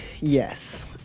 yes